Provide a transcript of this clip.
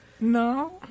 No